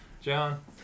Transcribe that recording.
John